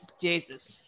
Jesus